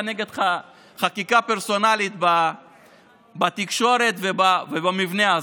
נגד החקיקה הפרסונלית בתקשורת ובמבנה הזה.